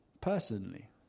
Personally